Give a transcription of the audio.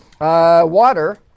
water